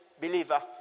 believer